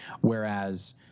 whereas